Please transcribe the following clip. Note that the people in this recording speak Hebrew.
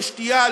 לשתייה,